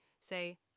say